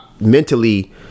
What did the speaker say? mentally